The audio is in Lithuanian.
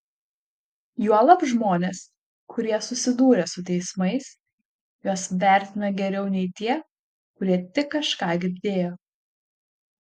juolab žmonės kurie susidūrė su teismais juos vertina geriau nei tie kurie tik kažką girdėjo